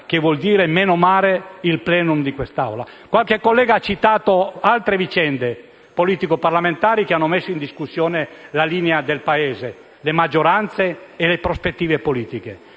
che vuol dire menomare il *plenum* di quest'Assemblea. Qualche collega ha citato altre vicende politico-parlamentari che hanno messo in discussione la linea del Paese, le maggioranze e le prospettive politiche.